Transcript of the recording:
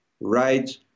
right